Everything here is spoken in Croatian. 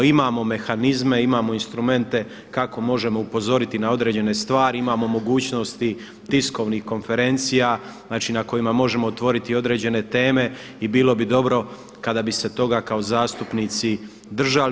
Imamo mehanizme, imamo instrumente kako možemo upozoriti na određene stvari, imamo mogućnost tiskovnih konferencija znači na kojima možemo otvoriti određene teme i bilo bi dobro kada bi se toga kao zastupnici držali.